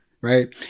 right